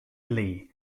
lee